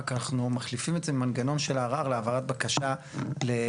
רק אנחנו מחליפים את זה עם מנגנון של הערר להעברת בקשה לעוד,